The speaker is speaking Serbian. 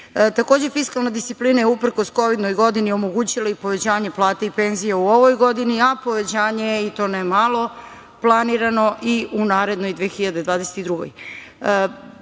budžeta. Takođe, fiskalna disciplina je uprkos kovidnoj godini omogućila i povećanje plata i penzija u ovoj godini, a povećanje je, i to ne malo, planirano i u narednoj 2022.